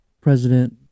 President